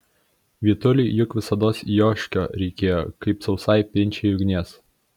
vytuliui juk visados joškio reikėjo kaip sausai pinčiai ugnies